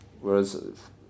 Whereas